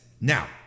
Now